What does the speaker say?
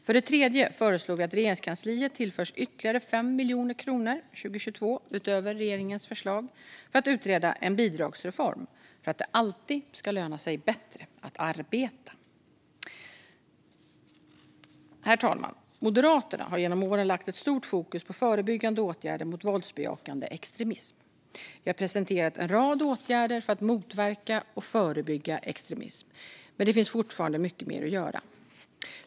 För det tredje föreslår vi att Regeringskansliet tillförs ytterligare 5 miljoner kronor 2022, utöver regeringens förslag, för att utreda en bidragsreform för att det alltid ska löna sig bättre att arbeta. Herr talman! Moderaterna har genom åren lagt stort fokus på förebyggande åtgärder mot våldsbejakande extremism. Vi har presenterat en rad åtgärder för att motverka och förebygga extremism, men det finns fortfarande mycket mer att göra.